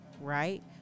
right